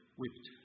whipped